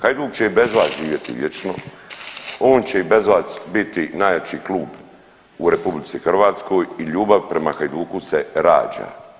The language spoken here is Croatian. Hajduk će i bez vas živjeti vječno, on će i bez vas biti najjači klub u RH i ljubav prema Hajduku se rađa.